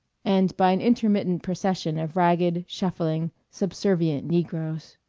and by an intermittent procession of ragged, shuffling, subservient negroes.